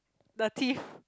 the teeth